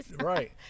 Right